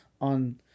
on